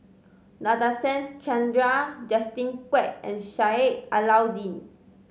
Nadasen Chandra Justin Quek and Sheik Alau'ddin